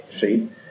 see